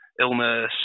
illness